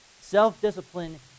Self-discipline